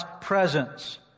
presence